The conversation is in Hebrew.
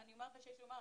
אני אומר מה שיש לומר.